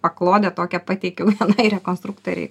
paklodę tokią pateikiau tai rekonstruktorei